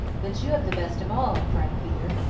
but you have the best of all, cried peter.